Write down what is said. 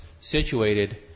situated